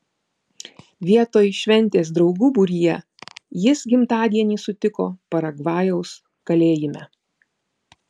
vietoj šventės draugų būryje jis gimtadienį sutiko paragvajaus kalėjime